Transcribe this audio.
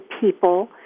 people